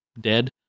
dead